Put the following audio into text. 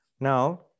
Now